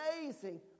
amazing